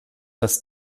das